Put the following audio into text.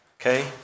Okay